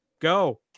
go